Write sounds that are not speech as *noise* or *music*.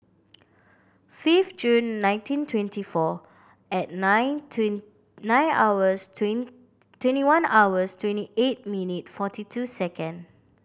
fifth June nineteen twenty four at nine *unintelligible* nine hours *unintelligible* twenty one hours twenty eight minute forty two second